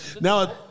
Now